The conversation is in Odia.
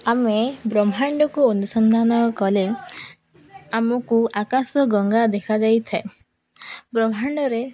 ଆମେ ବ୍ରହ୍ମାଣ୍ଡକୁ ଅନୁସନ୍ଧାନ କଲେ ଆମକୁ ଆକାଶ ଗଙ୍ଗା ଦେଖାଯାଇ ଥାଏ ବ୍ରହ୍ମାଣ୍ଡରେ